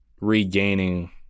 regaining